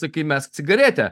sakai mes cigaretę